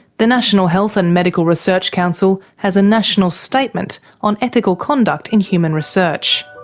the national health and medical research council has a national statement on ethical conduct in human research.